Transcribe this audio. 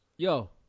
Yo